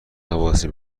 غواصی